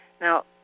Now